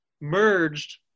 merged